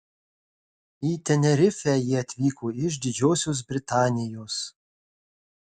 į tenerifę jie atvyko iš didžiosios britanijos